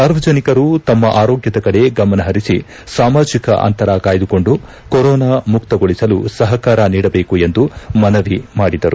ಸಾರ್ವಜನಿಕರು ತಮ್ಮ ಆರೋಗ್ಯದ ಕಡೆ ಗಮನಹರಿಸಿ ಸಾಮಾಜಿಕ ಅಂತರ ಕಾಯ್ದುಕೊಂಡು ಕೊರೊನಾ ಮುಕ್ತಗೊಳಿಸಲು ಸಹಕಾರ ನೀಡಬೇಕು ಎಂದು ಮನವಿ ಮಾಡಿದರು